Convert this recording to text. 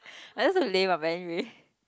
I'm just lame ah but anyway